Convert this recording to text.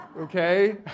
okay